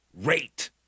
rate